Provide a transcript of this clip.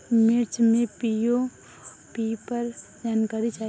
मिर्च मे पी.ओ.पी पर जानकारी चाही?